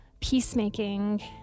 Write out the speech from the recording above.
peacemaking